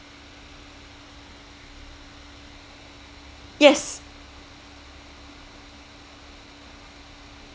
yes